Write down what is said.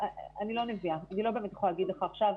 אני לא נביאה, אני לא באמת יכולה להגיד לך עכשיו: